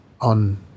on